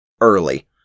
early